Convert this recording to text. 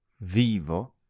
Vivo